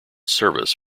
service